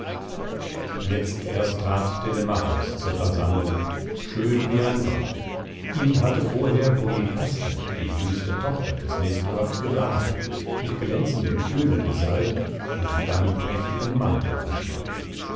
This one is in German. jetzt erst trat telemachos zur versammlung schön wie ein gott ihn hatte vorher polykaste die jüngste tochter des nestor gebadet mit glänzendem öle gesalbt und mit einem prächtigen mantel geschmückt